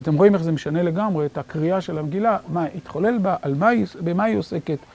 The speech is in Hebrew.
אתם רואים איך זה משנה לגמרי, את הקריאה של המגילה, מה התחולל בה, במה היא עוסקת.